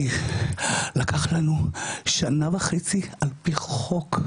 כי לקח לנו שנה וחצי, על פי חוק,